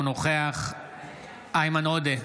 אינו נוכח איימן עודה,